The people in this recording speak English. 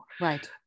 Right